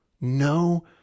no